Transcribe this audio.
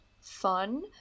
fun